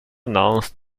announced